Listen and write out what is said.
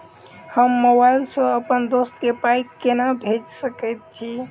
हम मोबाइल सअ अप्पन दोस्त केँ पाई केना भेजि सकैत छी?